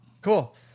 Cool